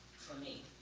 for me.